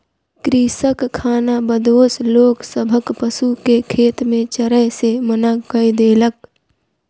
कृषक खानाबदोश लोक सभक पशु के खेत में चरै से मना कय देलक